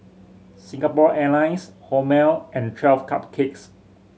Singapore Airlines Hormel and Twelve Cupcakes